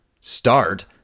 Start